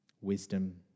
wisdom